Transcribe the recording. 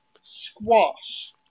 Squash